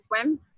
swim